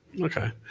Okay